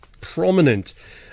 prominent